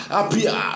appear